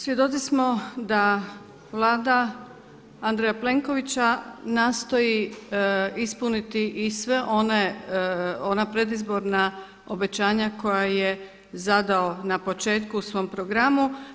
Svjedoci smo da Vlada Andreja Plenkovića nastoji ispuniti i sva ona predizborna obećanja koja je zadao na početku u svom programu.